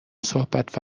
صحبت